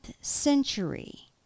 century